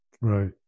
Right